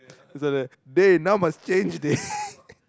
so the dey now must change dey